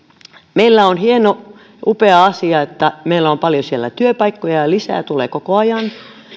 meillä on hieno ja upea asia että meillä on paljon siellä työpaikkoja ja lisää tulee koko ajan